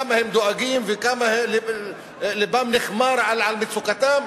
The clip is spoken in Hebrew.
כמה הם דואגים וכמה לבם נכמר על מצוקתם,